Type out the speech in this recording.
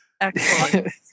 Excellent